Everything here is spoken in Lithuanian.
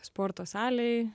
sporto salėj